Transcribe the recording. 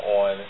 on